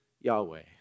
Yahweh